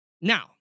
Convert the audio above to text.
Now